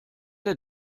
der